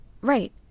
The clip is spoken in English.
Right